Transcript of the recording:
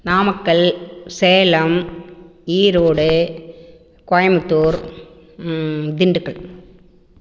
Namakkal Salem Erode Coimbatore Dindigul